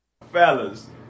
Fellas